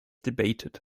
debated